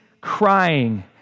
crying